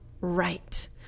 right